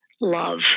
love